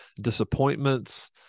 disappointments